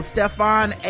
Stefan